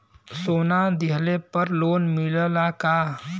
सोना दहिले पर लोन मिलल का?